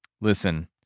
listen